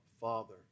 father